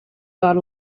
got